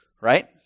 Right